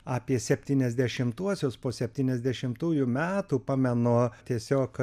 apie septyniasdešimtuosius po septyniasdešimtųjų metų pamenu tiesiog